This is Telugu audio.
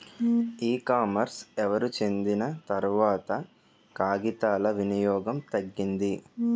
ఈ కామర్స్ ఎవరు చెందిన తర్వాత కాగితాల వినియోగం తగ్గింది